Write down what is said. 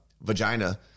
vagina